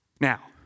Now